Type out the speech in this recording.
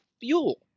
fuel